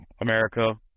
America